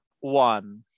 one